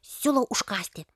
siūlau užkąsti